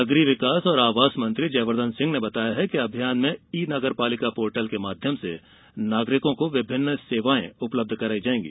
नगरीय विकास और आवास मंत्री जयवर्द्वन सिंह ने बताया है कि अभियान में ई नगर पालिका पोर्टल के माध्यम से नागरिकों को सेवायें उपलब्ध कराई जायेंगी